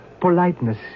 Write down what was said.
Politeness